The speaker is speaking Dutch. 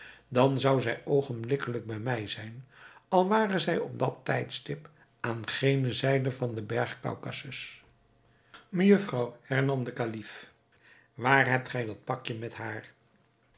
dan zou zij oogenblikkelijk bij mij zijn al ware zij op dat tijdstip aan gene zijde van den berg kaukasus mejufvrouw hernam de kalif waar hebt gij dat pakje met haar